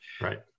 Right